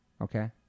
Okay